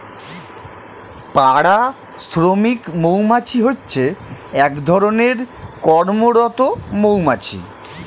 পাড়া শ্রমিক মৌমাছি হচ্ছে এক ধরণের কর্মরত মৌমাছি